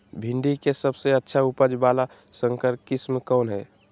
भिंडी के सबसे अच्छा उपज वाला संकर किस्म कौन है?